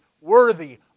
worthy